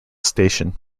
station